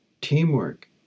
teamwork